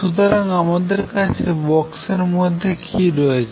সুতরাং আমাদের কাছে বক্স এর মধ্যে কি রয়েছে